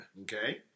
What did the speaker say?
Okay